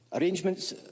arrangements